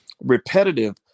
repetitive